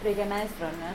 reikia meistro ar ne